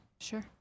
sure